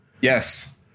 yes